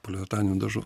poliuretaniniu dažų